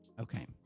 Okay